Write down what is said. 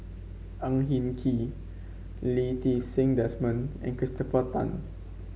Ang Hin Kee Lee Ti Seng Desmond and Christopher Tan